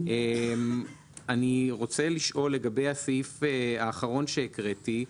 אני רוצה לשאול לגבי הסעיף האחרון שהקראתי,